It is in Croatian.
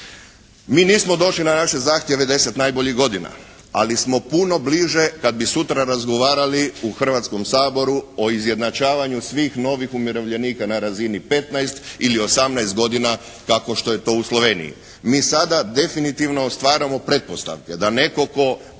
Mi nismo došli na naše zahtjeve 10 najboljih godina, ali smo puno bliže kad bi sutra razgovarali u Hrvatskom saboru o izjednačavanju svih novih umirovljenika na razini 15 ili 18 godina kako što je to u Sloveniji. Mi sada definitivno stvaramo pretpostavke da netko tko